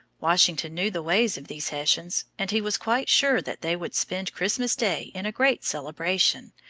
washington knew the ways of these hessians and he was quite sure that they would spend christmas day in a great celebration,